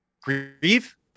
grieve